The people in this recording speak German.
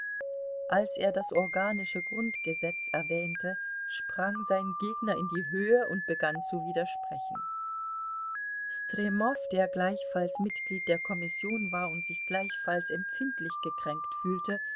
als er das organische grundgesetz erwähnte sprang sein gegner in die höhe und begann zu widersprechen stremow der gleichfalls mitglied der kommission war und sich gleichfalls empfindlich gekränkt fühlte